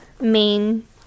main